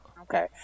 Okay